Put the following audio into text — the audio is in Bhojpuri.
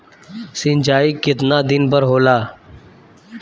सिंचाई केतना दिन पर होला?